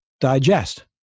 digest